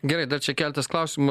gerai dar čia keltas klausimų